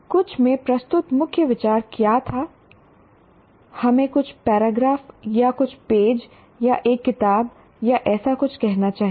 कुछ में प्रस्तुत मुख्य विचार क्या था हमें कुछ पैराग्राफ या कुछ पेज या एक किताब या ऐसा कुछ कहना चाहिए